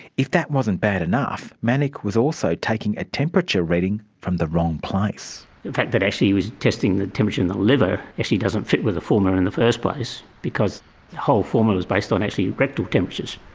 if that wasn't bad enough, manock was also taking a temperature reading from the wrong place. the fact that actually he was testing the temperature in the liver actually doesn't fit with the formula in the first place because the whole formula was based on actually rectal temperatures.